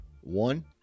one